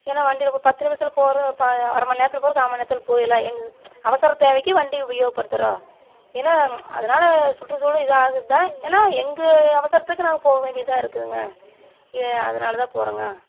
ஏன்னா வண்டியில் இப்போது பத்து நிமிஷத்தில் போறோம் அரமணி நேரத்தில் போகிற கால்மண் நேரத்தில் போயிடல்லாம் எங்கள் அவசர தேவைக்கு வண்டி உபயோப்படுத்துகிறோம் ஏன்னா அதனால் சுற்றுசூழல் இதாக ஆகுதுதான் ஏன்னா எங்கள் அவசரத்துக்கு நாங்கள் போக வேண்டியதாக இருக்குதுங்க அதனால் தான் போகிறோங்க